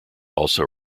also